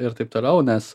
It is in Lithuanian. ir taip toliau nes